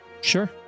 Sure